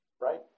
right